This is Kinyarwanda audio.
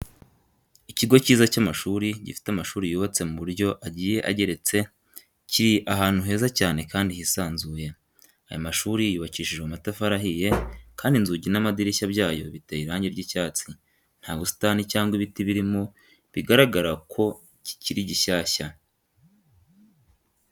Ikigo cyiza cy'amashuri gifite amashuri yubatse mu buryo agiye ageretse kiri ahantu heza cyane kandi hisanzuye. Aya mashuri yubakishijwe amatafari ahiye kandi inzugi n'amadirishya byayo biteye irangi ry'icyatsi. Nta busitani cyangwa ibiti birimo bigaragara ko kikiri gishyashya.